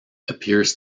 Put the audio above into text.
appears